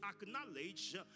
acknowledge